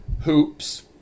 hoops